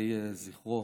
זכרו